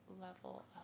level